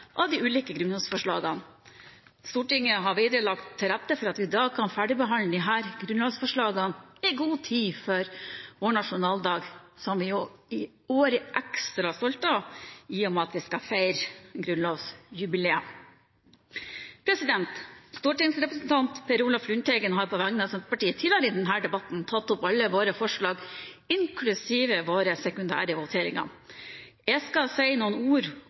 av de ulike grunnlovsforslagene. Stortinget har videre lagt til rette for at vi i dag kan ferdigbehandle disse grunnlovsforslagene i god tid før vår nasjonaldag, som vi i år er ekstra stolte av, i og med at vi skal feire grunnlovsjubileet. Stortingsrepresentant Per Olaf Lundteigen har på vegne av Senterpartiet tidligere i denne debatten tatt opp alle våre forslag, inklusiv våre sekundære voteringer. Jeg skal si noen ord